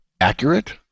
accurate